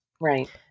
Right